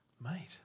mate